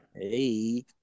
Hey